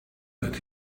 that